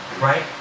right